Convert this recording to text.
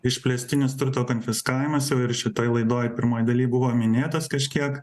išplėstinis turto konfiskavimas ir jau šitoj laidoj pirmoj daly buvo minėtas kažkiek